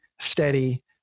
steady